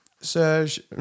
Serge